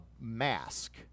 mask